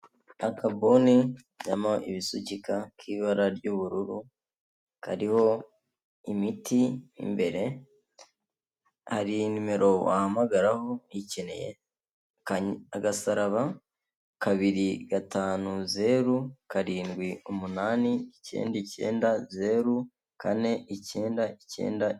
Akabuni kajyamo ibisukika k'ibara ry'ubururu kariho imiti, imbere hari nimero wahamagaraho uyikeneye agasaraba, kabiri, gatanu, zeru, karindwi, umunani, icyenda, icyenda, zeru, kane, icyenda, icyenda...